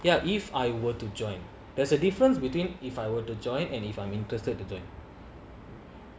ya if I were to join there's a difference between if I were to join and if I'm interested to join